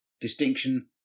distinction